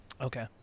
Okay